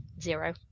Zero